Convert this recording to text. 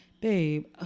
Babe